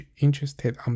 interested